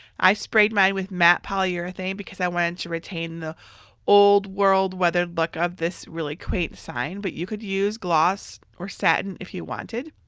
i sprayed mine with matte polyurethane because i wanted to retain old world, weathered look of this really quaint sign but you could use gloss or satin if you wanted.